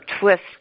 twist